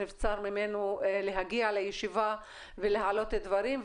שנבצר ממנו להגיע לישיבה ולהעלות דברים,